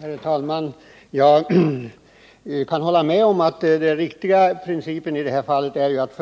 Herr talman! Jag kan hålla med er om att den riktiga principen på sikt är att